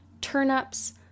turnips